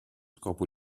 scopo